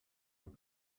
vous